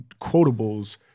quotables